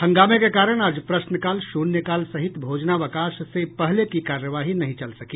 हंगामे के कारण आज प्रश्नकाल शून्यकाल सहित भोजनावकाश से पहले की कार्यवाही नहीं चल सकी